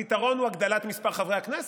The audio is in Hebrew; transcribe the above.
הפתרון הוא הגדלת מספר חברי הכנסת.